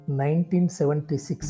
1976